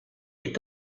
est